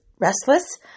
restless